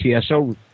TSO